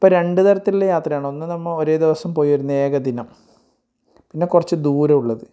അപ്പം രണ്ട് തരത്തിലുള്ള യാത്രയാണ് ഒന്ന് നമ്മൾ ഒരേ ദിവസം പോയിവരുന്ന ഏകദിനം പിന്നെ കുറച്ച് ദൂരവുള്ളത്